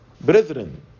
Brethren